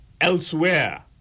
elsewhere